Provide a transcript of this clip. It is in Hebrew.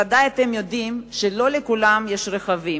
אתם ודאי יודעים שלא לכולם יש רכב.